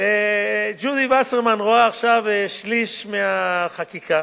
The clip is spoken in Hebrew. ג'ודי וסרמן רואה עכשיו שליש מהחקיקה,